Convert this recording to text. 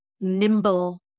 nimble